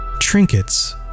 trinkets